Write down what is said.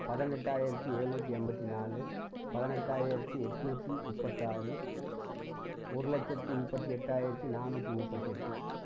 பதினெட்டாயிரத்து எழுநூற்றி எண்பத்தி நாலு பதினெட்டாயிரத்து எட்நூற்றி முப்பத்தாறு ஒரு லட்சத்து முப்பத்து எட்டாயிரத்து நானூற்றி முப்பத்தெட்டு